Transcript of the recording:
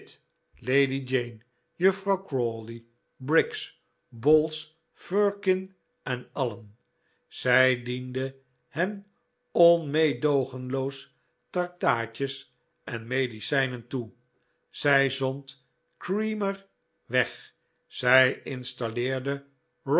lady jane juffrouw crawley briggs bowls firkin en alien zij diende hen onmeedoogenloos tractaatjes en medicijnen toe zij zond creamer weg zij installeerde